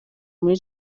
muri